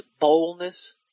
boldness